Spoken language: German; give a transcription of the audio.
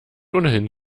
ohnehin